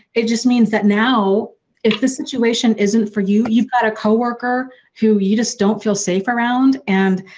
it just means that now if the situation isn't for you, you've got a co-worker who you just don't feel safe around and